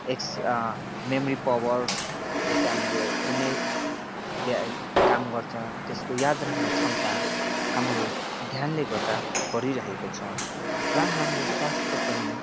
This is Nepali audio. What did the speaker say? एक्स मेमोरी पावर जस्तै हामीले कुनै ब्या काम गर्छ त्यसको याद राख्ने क्षमता हाम्रो ध्यानले गर्दा बढिरहेको छ र हाम्रो स्वास्थ्य पनि